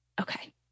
okay